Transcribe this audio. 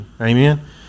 Amen